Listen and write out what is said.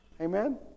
Amen